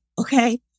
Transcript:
okay